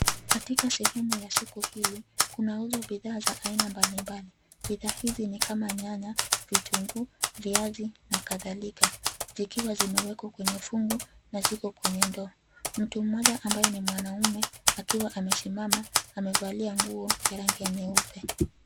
Katika sehemu ya soko hili kunauzwa bidhaa za aina mbalimbali. Bidhaa hizi ni kama nyanya, viazi, vitunguu na kadhalika. Zikiwa zimewekwa kwenye fungu na ziko kwenye ndoo. Mtu mmoja ambaye ni mwanaume akiwa amesimama amevalia nguo ya rangi ya nyeupe.